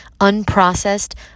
unprocessed